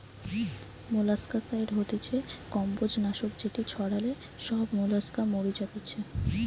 molluscicide হতিছে কম্বোজ নাশক যেটি ছড়ালে সব মোলাস্কা মরি যাতিছে